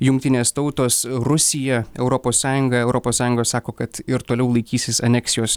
jungtinės tautos rusija europos sąjunga europos sąjungos sako kad ir toliau laikysis aneksijos